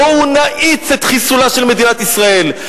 בואו נאיץ את חיסולה של מדינת ישראל.